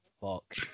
fuck